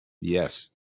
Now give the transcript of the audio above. Yes